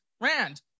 Rand